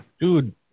dude